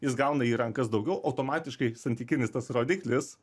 jis gauna į rankas daugiau automatiškai santykinis tas rodiklis